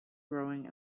growing